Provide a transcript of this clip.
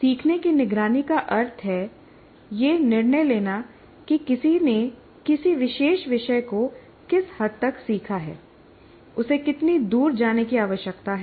सीखने की निगरानी का अर्थ है यह निर्णय लेना कि किसी ने किसी विशेष विषय को किस हद तक सीखा है उसे कितनी दूर जाने की आवश्यकता है